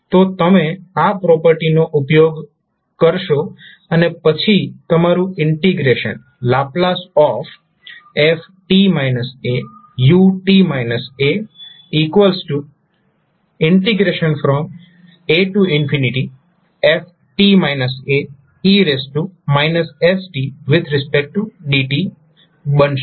તો તમે આ પ્રોપર્ટીનો ઉપયોગ કરશો અને પછી તમારું integration ℒ f u af e stdt બનશે